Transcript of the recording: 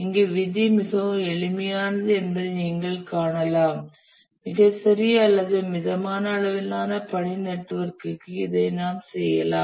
இங்கு விதி மிகவும் எளிமையானது என்பதை நீங்கள் காணலாம் மிகச் சிறிய அல்லது மிதமான அளவிலான பணி நெட்வொர்க்கு இதை நாம் செய்யலாம்